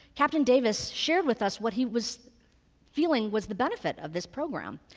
captain davis shared with us what he was feeling was the benefit of this program.